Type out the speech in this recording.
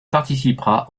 participera